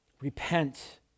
Repent